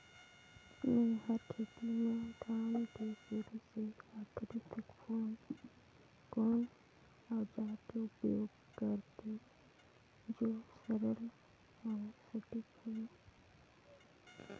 मै हर खेती म धान के शुरू से आखिरी तक कोन औजार के उपयोग करते जो सरल अउ सटीक हवे?